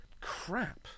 crap